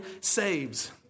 saves